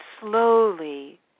slowly